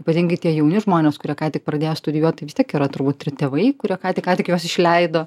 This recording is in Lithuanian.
ypatingai tie jauni žmonės kurie ką tik pradėję studijuot tai vis tiek yra turbūt ir tėvai kurie ką tik ką tik juos išleido